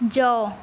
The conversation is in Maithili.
जाउ